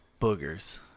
Boogers